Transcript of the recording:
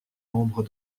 nombre